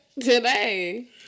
Today